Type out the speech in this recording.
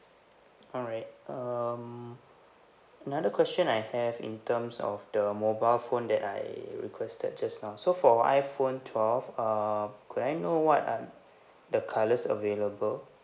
alright um another question I have in terms of the mobile phone that I requested just now so for iphone twelve um could I know what are the colours available